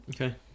okay